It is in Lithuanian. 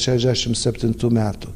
šešdešim septintų metų